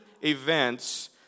events